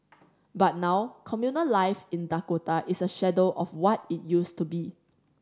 but now communal life in Dakota is a shadow of what it used to be